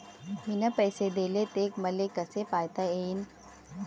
मिन पैसे देले, ते मले कसे पायता येईन?